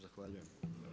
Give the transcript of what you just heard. Zahvaljujem.